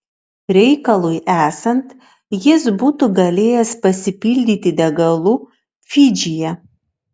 reikalui esant jis būtų galėjęs pasipildyti degalų fidžyje